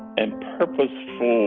and purposeful